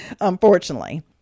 unfortunately